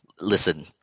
Listen